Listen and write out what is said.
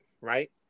right